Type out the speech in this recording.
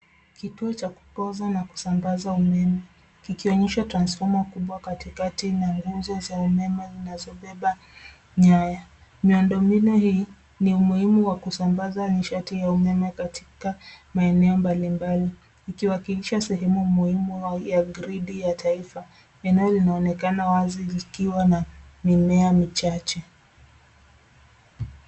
Kituo cha kupoza na kusambaza umeme. Kikionyesha transfoma kubwa katikati na nguzo za umeme unazobeba nyaya. Miuondo mbinu hii ni umuhimu wa kusambaza nishati ya umeme katika maeneo mbalimbali. Ikiwa kilisha sehemu muhimu au ya gridi ya taifa. Eneo linaonekana wazi likiwa na mimea michache.